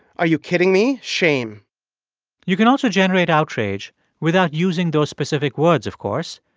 are you kidding me? shame you can also generate outrage without using those specific words, of course.